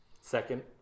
Second